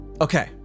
Okay